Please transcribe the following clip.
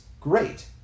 great